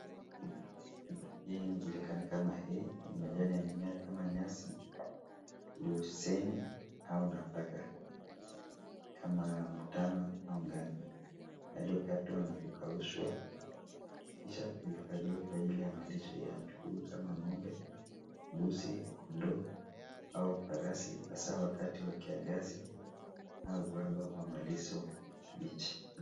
Hii inajulikana kama hay , majani ya mimea kama nyasi, luseni au nafaka kama mtama au ngano yaliyokatwa na kukaushwa kisha kuhifadhiwa kwa ajili ya malisho ya mifugo kama ng'ombe, mbuzi, kondoo au farasi hasaa wakati wa kiangazi au uhaba wa malisho mbichi.